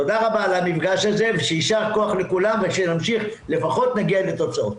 תודה רבה על המפגש הזה ויישר כח לכולם ושנמשיך ולפחות נגיע לתוצאות.